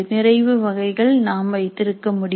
நிறைவு வகைகள் நாம் வைத்திருக்க முடியும்